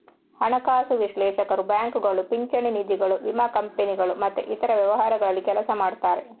ಹಣಕಾಸು ವಿಶ್ಲೇಷಕರು ಬ್ಯಾಂಕುಗಳು, ಪಿಂಚಣಿ ನಿಧಿಗಳು, ವಿಮಾ ಕಂಪನಿಗಳು ಮತ್ತೆ ಇತರ ವ್ಯವಹಾರಗಳಲ್ಲಿ ಕೆಲಸ ಮಾಡ್ತಾರೆ